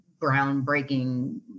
groundbreaking